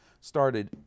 started